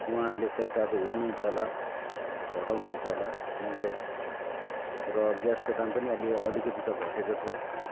उहाँहरूले सायद अब हेर्नु हुन्छ होला घटाउनुहुन्छ होला महँगाई र ग्यासको दाम पनि अलि अलिकति त घटेको छ